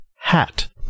hat